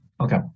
Okay